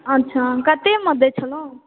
अच्छा कतयमे बेचलहुॅं